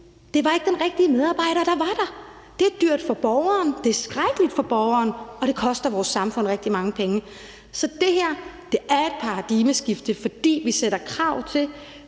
det ikke var den rigtige medarbejder, der var der. Det er skrækkeligt for borgeren, og det koster vores samfund rigtig mange penge. Så det her er et paradigmeskifte, fordi vi stiller krav og